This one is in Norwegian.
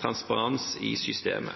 transparens i systemet?